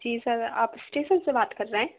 जी sir आप station से बात कर रहें